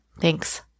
Thanks